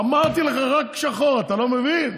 אמרתי לך: רק שחור, אתה לא מבין?